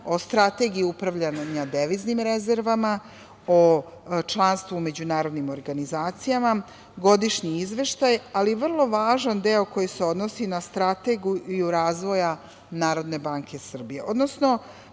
o strategiji upravljanja deviznim rezervama, o članstvu u međunarodnim organizacijama, godišnji izveštaj, ali i vrlo važan deo koji se odnosi na strategiju razvoja Narodne banke Srbije, odnosno